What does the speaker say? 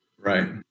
Right